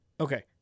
Okay